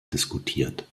diskutiert